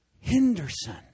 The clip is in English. Henderson